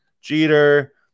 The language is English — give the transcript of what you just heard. Jeter